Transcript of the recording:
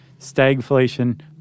stagflation